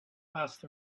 past